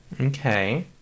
Okay